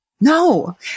No